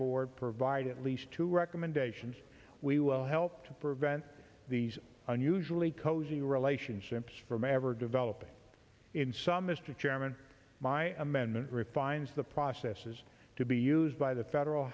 board provide at least two recommendations we will help to prevent these unusually cozy relationships from ever developing in some mr chairman my amendment refines the process is to be used by the federal